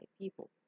people